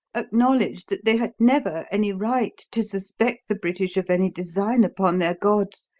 acknowledged that they had never any right to suspect the british of any design upon their gods,